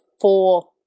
four